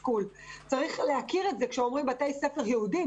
צריך להכיר את זה כשאומרים בתי ספר יהודיים,